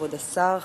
כבוד השר,